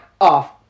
off